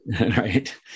Right